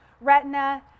retina